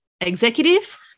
executive